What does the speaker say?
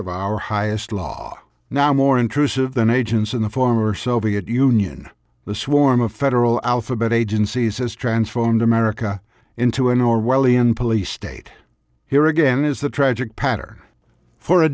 of our highest law now more intrusive than agents in the former soviet union the swarm of federal alphabet agencies has transformed america into an orwellian police state here again is the tragic patter for a